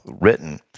written